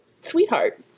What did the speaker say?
sweetheart